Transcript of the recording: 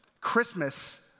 Christmas